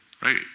Right